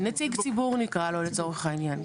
נציג ציבור, נקרא לו לצורך העניין.